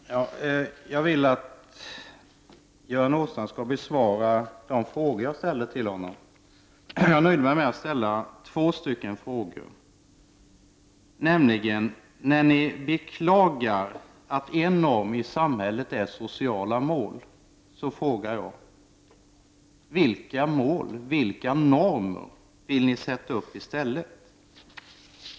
Fru talman! Jag vill att Göran Åstrand skall besvara de frågor jag ställde till honom. Jag nöjde mig med att ställa två frågor. När ni beklagar att en norm i samhället är sociala mål, så frågar jag: Vilka mål, vilka normer, vill ni sätta upp i stället?